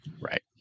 Right